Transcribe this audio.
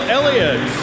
Elliott